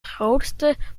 grootste